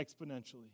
exponentially